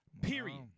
period